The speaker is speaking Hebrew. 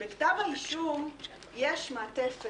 או שמא הוא פעל כאשר לצד תיאום עם העניין הכללי יש לו עניין אישי?